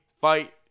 fight